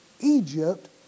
Egypt